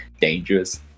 dangerous